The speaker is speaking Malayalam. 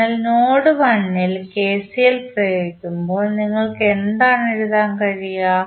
അതിനാൽ നോഡ് 1 ൽ KCL പ്രയോഗിക്കുമ്പോൾ നിങ്ങൾക്ക് എന്താണ് എഴുതാൻ കഴിയുക